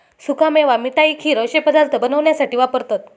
सुका मेवा मिठाई, खीर अश्ये पदार्थ बनवण्यासाठी वापरतत